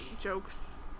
Jokes